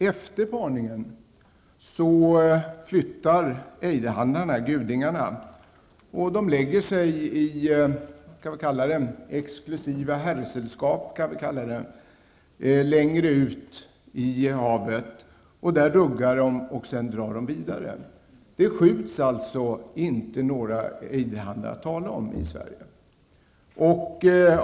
Efter parningen flyttar ejdarhannarna, gudingarna, och lägger sig i ''exklusiva herrsällskap'' längre ut i havet. Där ruggar de, för att sedan dra vidare. Det skjuts alltså inte någon mängd ejderhannar att tala om i Sverige.